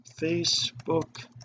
Facebook